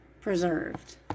preserved